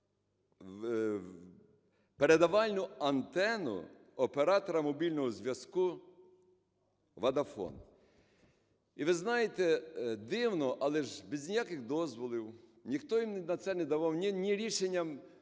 передавальну антену оператора мобільного зв'язкуVodafone. І, ви знаєте, дивно, але ж без ніяких дозволів, ніхто їм на не це не давав: ні рішенням